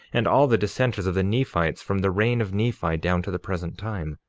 and all the dissenters of the nephites, from the reign of nephi down to the present time.